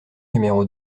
numéro